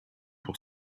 pour